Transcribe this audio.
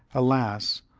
alas!